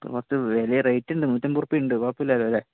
കുറച്ച് വില റേറ്റുണ്ട് നൂറ്റി അമ്പത് റുപ്പിയ ഉണ്ട് കുഴപ്പമില്ലല്ലേ